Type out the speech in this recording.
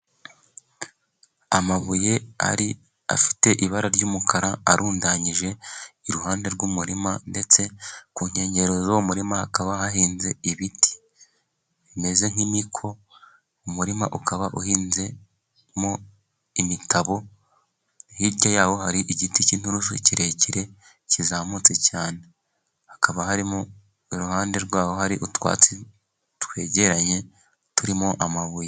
Amabuye ari afite ibara ry'umukara arundanyije iruhande rw'umurima ndetse ku nkengero zuwo murima hakaba hahinze ibiti bimeze nk'imiko. Umurima ukaba uhinzemo imitabo hirya yaho hari igiti cy'inturusu kirekire kizamutse cyane, hakaba harimo iruhande rwaho hari utwatsi twegeranye turimo amabuye.